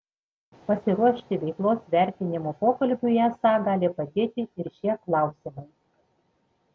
pasiruošti veiklos vertinimo pokalbiui esą gali padėti ir šie klausimai